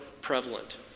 prevalent